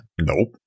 Nope